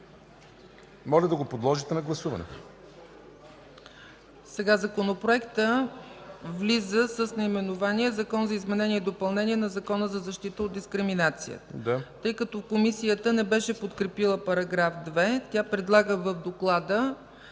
Моля, да го подложите на гласуване. ПРЕДСЕДАТЕЛ ЦЕЦКА ЦАЧЕВА: Законопроектът влиза с наименование Закон за изменение и допълнение на Закона за защита от дискриминация. Тъй като Комисията не беше подкрепила § 2, тя предлага в доклада